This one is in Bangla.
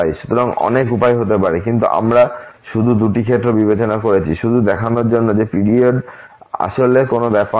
সুতরাং অনেক উপায় হতে পারে কিন্তু আমরা শুধু দুটি ক্ষেত্রে বিবেচনা করছি শুধু দেখানোর জন্য যে পিরিয়ড আসলে কোন ব্যাপার না